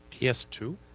PS2